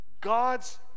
God's